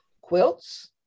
quilts